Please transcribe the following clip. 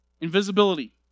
Invisibility